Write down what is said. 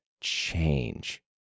change